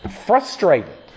Frustrated